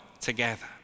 together